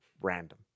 random